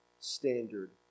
standard